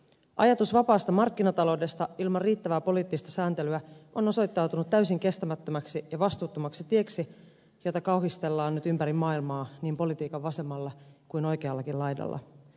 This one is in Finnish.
ajatus vapaasta markkinataloudesta ilman riittävää poliittista sääntelyä on osoittautunut täysin kestämättömäksi ja vastuuttomaksi tieksi jota kauhistellaan nyt ympäri maailmaa niin politiikan vasemmalla kuin oikeallakin laidalla